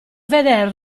veder